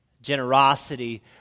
generosity